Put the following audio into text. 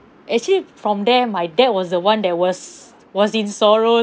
actually from there my dad was the one that was was in sorrow